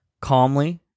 Calmly